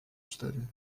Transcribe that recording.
cztery